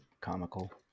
comical